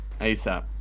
ASAP